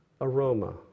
aroma